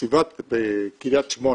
בקרית שמונה,